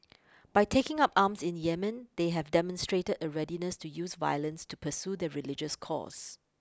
by taking up arms in Yemen they have demonstrated a readiness to use violence to pursue their religious cause